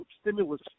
stimulus